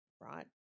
right